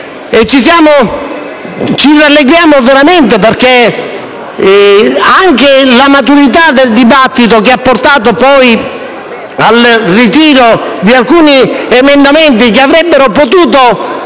Ci rallegriamo veramente anche della maturità del dibattito, che ha portato al ritiro di alcuni emendamenti che avrebbero potuto